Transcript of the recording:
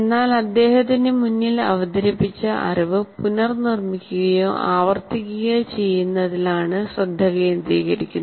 എന്നാൽ അദ്ദേഹത്തിന് മുന്നിൽ അവതരിപ്പിച്ച അറിവ് പുനർനിർമ്മിക്കുകയോ ആവർത്തിക്കുകയോ ചെയ്യുന്നതിലാണ് ശ്രദ്ധ കേന്ദ്രീകരിക്കുന്നത്